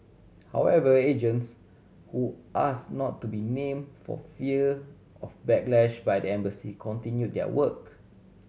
however agents who ask not to be name for fear of backlash by the embassy continue their work